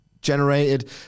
generated